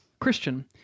Christian